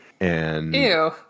Ew